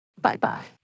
Bye-bye